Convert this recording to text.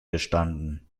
bestanden